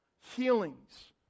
healings